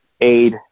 aid